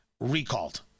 recalled